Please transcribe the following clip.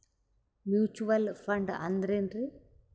Mutual fund ಅಂದ್ರೆನ್ರಿ?